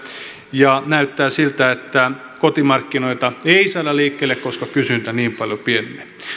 näyttää siltä että kotimarkkinoita ei saada liikkeelle koska kysyntä niin paljon pienenee